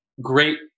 great